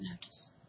notice